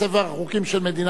אני קובע שהצעת החוק,